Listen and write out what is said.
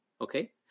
okay